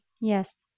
Yes